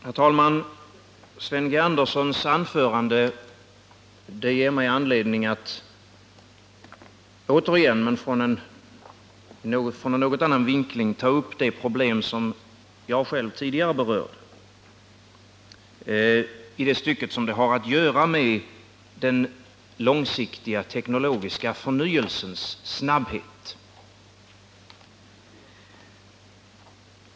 Herr talman! Sven G. Anderssons anförande ger mig anledning att återigen, dock ur en något annan vinkel, ta upp de problem som jag tidigare berörde, i det stycke som de har att göra med den långsiktiga teknologiska förnyelsens snabbhet.